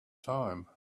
time